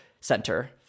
Center